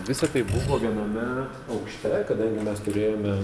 visa kaip viename aukšte kadangi mes turėjome